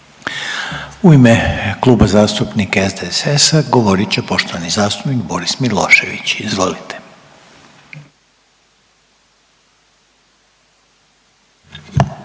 U ime Kluba zastupnika HDZ-a govorit će poštovana zastupnica Nada Murganić, izvolite.